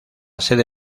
sede